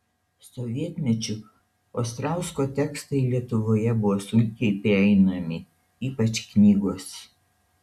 sovietmečiu ostrausko tekstai lietuvoje buvo sunkiai prieinami ypač knygos